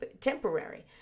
temporary